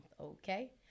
okay